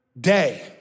day